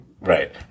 Right